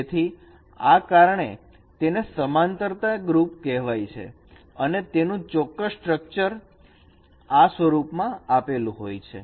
જેથી આ કારણે તેને સમાંતરતા નું ગ્રુપ કહેવાય છે અને તેનું ચોક્કસ સ્ટ્રક્ચર આ સ્વરૂપમાં આપેલું હોય છે